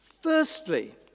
Firstly